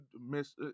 miss